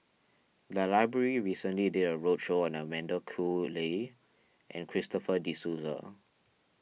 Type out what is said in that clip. the library recently did a roadshow on Amanda Koe Lee and Christopher De Souza